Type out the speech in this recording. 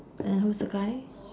and who's the guy